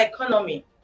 economy